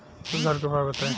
सुधार के उपाय बताई?